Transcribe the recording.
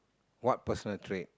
what personal trait